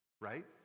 right